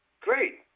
great